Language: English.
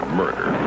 murder